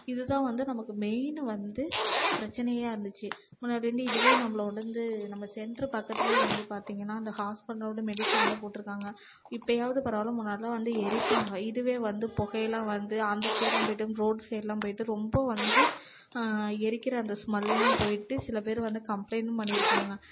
இது தான் வந்து நமக்கு மெயினு வந்து பிரச்சனையாக இருந்துச்சு முன்னாடி வந்து இதுவே நம்மளை உணர்ந்து நம்ம சென்ட்ரு பக்கத்துலேயே வந்து பார்த்தீங்கன்னா அந்த ஹாஸ்பிட்டலோடய மெடிசன்லாம் போட்டுருக்காங்க இப்போயாது பரவாயில்ல முன்னாடிலாம் வந்து எரிப்பாங்க இதுவே வந்து புகைலாம் வந்து அந்த சைட்லாம் போயிட்டு ரோடு சைட்லாம் போயிட்டு ரொம்ப வந்து எரிக்கிற அந்த ஸ்மெல்லாம் போயிட்டு சில பேர் வந்து கம்ப்ளைண்ட்டும் பண்ணியிருக்காங்க